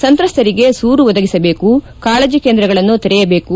ಸಂತ್ರಸ್ತರಿಗೆ ಸೂರು ಒದಗಿಸಬೇಕು ಕಾಳಜಿ ಕೇಂದ್ರಗಳನ್ನು ತೆರೆಯಬೇಕು